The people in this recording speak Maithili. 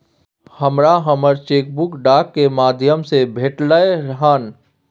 हमरा हमर चेक बुक डाक के माध्यम से भेटलय हन